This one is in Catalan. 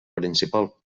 principal